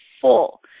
full